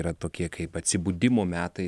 yra tokie kaip atsibudimo metai